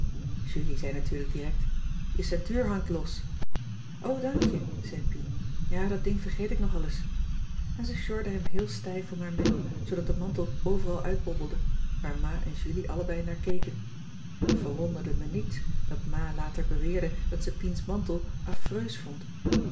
julie zei natuurlijk direct je ceintuur hangt los o dank je zei pien ja dat ding vergeet ik nogal ès en ze sjorde hem heel stijf om haar middel zoodat de mantel overal uitbobbelde waar ma en julie allebei naar keken t verwonderde me niets dat ma later beweerde dat ze piens mantel affreus vond